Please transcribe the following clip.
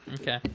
Okay